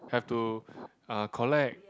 have to uh collect